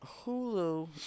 Hulu